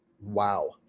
wow